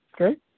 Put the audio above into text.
Okay